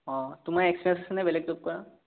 অঁ তোমাৰ এক্সপেৰিয়েন্স আছেনে বেলেগ জব কৰা